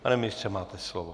Pane ministře, máte slovo.